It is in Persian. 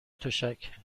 تشک